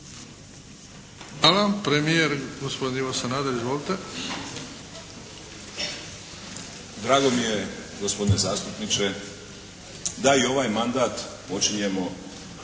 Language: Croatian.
Hvala vam. Premijer, gospodin Ivo Sanader. Izvolite. **Sanader, Ivo (HDZ)** Drago mi je gospodine zastupniče da i ovaj mandat počinjemo